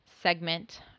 segment